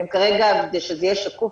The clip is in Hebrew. כדי שזה יהיה שקוף,